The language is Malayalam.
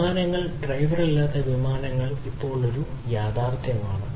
വിമാനങ്ങൾ ഡ്രൈവർ ഇല്ലാത്ത വിമാനങ്ങൾ ഇപ്പോൾ ഒരു യാഥാർത്ഥ്യമാണ്